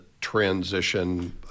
transition